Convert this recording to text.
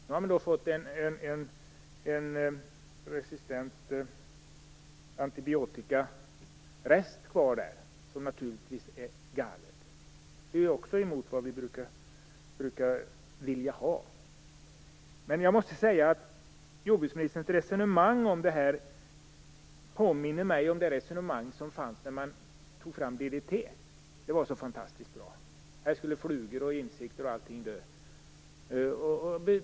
Då har man fått en resistent antibiotikarest kvar - som naturligtvis är galet. Det är också mot vad vi brukar vilja ha. Jordbruksministerns resonemang påminner mig om resonemanget när DDT togs fram. Det var så fantastiskt bra. Här skulle flugor och insekter dö.